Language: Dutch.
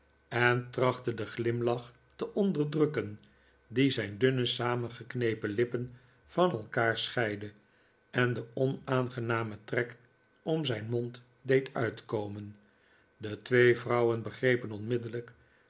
en trachtte den glimlach te onderdrukken die zijn dunne samengeknepen lippen van elkaar scheidde en den onaangenamen trek om zijn mond deed uitkomen de twee vrouwen begrepen onmiddellijk